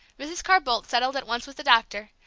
mrs. carr-boldt settled at once with the doctor,